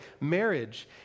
Marriage